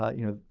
ah you know,